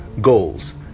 goals